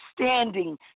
standing